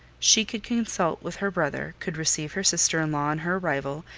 she could consult with her brother, could receive her sister-in-law on her arrival,